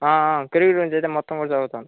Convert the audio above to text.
cricket గురించి అయితే మొత్తం కూడా చదువుతాను